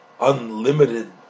unlimited